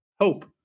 hope